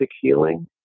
healing